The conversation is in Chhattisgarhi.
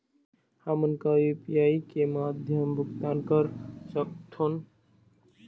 हमन का यू.पी.आई के माध्यम भुगतान कर सकथों?